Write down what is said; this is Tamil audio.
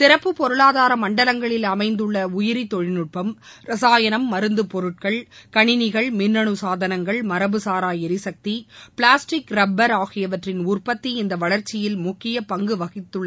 சிறப்பு பொருளாதார மண்டலங்களில் அமைந்துள்ள உயிரி தொழில்நுட்பம் ரசாயணம் மருந்து பொருட்கள் கணினிகள் மின்னனு சாதனங்கள் மரபு சாரா எரிசக்தி பிளாஸ்டிக் ரப்பர் ஆகியவற்றின் உற்பத்தி இந்த வளர்ச்சியில் முக்கிய பங்குவகித்துள்ளதாக தெரிவிக்கப்பட்டுள்ளது